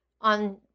on